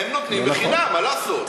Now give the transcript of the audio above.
הם נותנים חינם, מה לעשות?